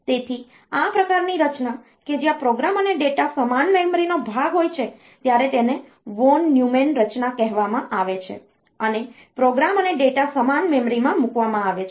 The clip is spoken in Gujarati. તેથી આ પ્રકારની રચના કે જ્યાં પ્રોગ્રામ અને ડેટા સમાન મેમરીનો ભાગ હોય છે ત્યારે તેને વોન ન્યુમેન રચના કહેવામાં આવે છે અને પ્રોગ્રામ અને ડેટા સમાન મેમરીમાં મૂકવામાં આવે છે